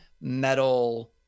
metal